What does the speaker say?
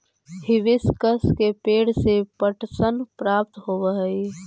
hibiscus के पेंड़ से पटसन प्राप्त होव हई